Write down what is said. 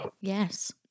yes